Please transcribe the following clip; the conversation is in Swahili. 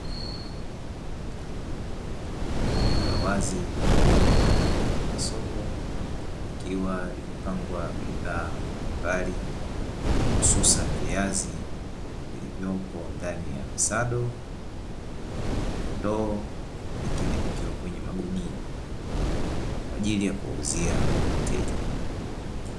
Eneo la wazi linalo tumika kama soko likiwa limepangwa bidhaa mbalimbali hususanj viazi vilivyopo ndani ys kisado, kwenye ndoo vingine vikiwa kwenye magunia kwaaji ya kuwauzia wateja